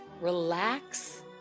relax